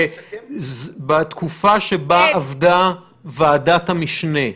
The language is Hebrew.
בתקופה שבה עבדה ועדת המשנה,